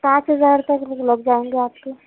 پانچ ہزار تک لگ جائیں گے آپ کے